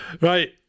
Right